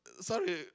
sorry